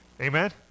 amen